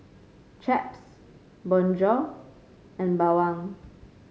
Chaps Bonjour and Bawang